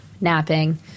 napping